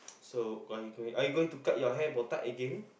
so go are you going to cut your hair botak again